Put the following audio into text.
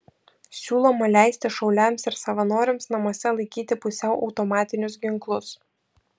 siūloma leisti šauliams ir savanoriams namuose laikyti pusiau automatinius ginklus